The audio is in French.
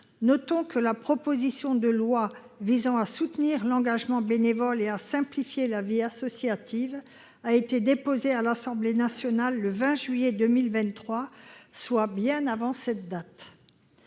Notons que la proposition de loi visant à soutenir l’engagement bénévole et à simplifier la vie associative a été déposée à l’Assemblée nationale le 20 juillet 2023, soit bien avant cette date.